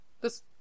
This-